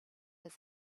his